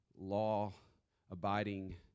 law-abiding